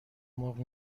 مرغ